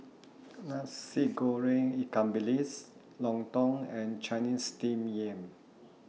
Nasi Goreng Ikan Bilis Lontong and Chinese Steamed Yam